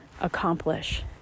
accomplish